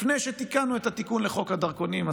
לפני שתיקנו את התיקון לחוק הדרכונים,